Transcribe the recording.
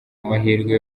amahirwe